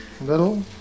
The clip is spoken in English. Little